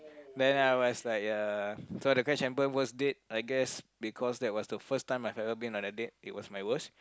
when I was like ya so the crash and burn worst date I guess because that was the first time I've ever been on a date it was my worst